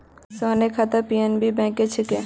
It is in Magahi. सोहनेर खाता पी.एन.बी बैंकत छेक